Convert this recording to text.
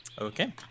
Okay